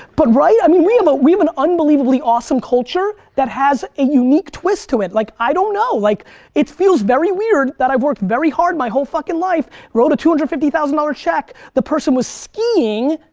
but, right? i mean we um ah have an unbelievably awesome culture that has a unique twist to it. like, i don't know, like it feels very weird that i've worked very hard my whole fucking life wrote a two hundred and fifty thousand dollars check. the person was skiing,